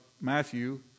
Matthew